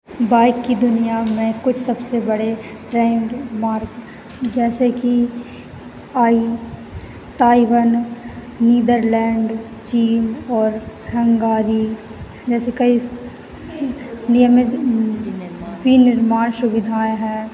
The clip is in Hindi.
बाइक की दुनिया मै कुछ सबसे बड़े ट्रेंडमार्क जैसे कि आइ ताइवन नीदरलैंड चीन और हंगारी जैसे कई स नियमित विनिर्माण सुविधाएँ हैं